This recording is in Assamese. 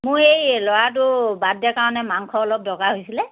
মোৰ এই ল'ৰাটো বাৰ্থদে কাৰণে মাংস অলপ দৰকাৰ হৈছিলে